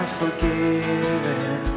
forgiven